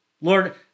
Lord